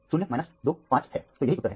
0 2 5 तो यही उत्तर है